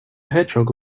hedgehog